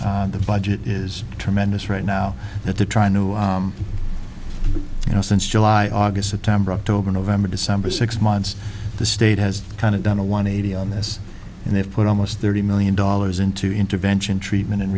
months the budget is tremendous right now that they're trying to you know since july august september october november december six months the state has kind of done a one eighty on this and they've put almost thirty million dollars into intervention treatment